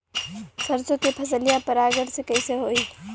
सरसो के फसलिया परागण से कईसे होई?